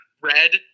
Red